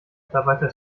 mitarbeiter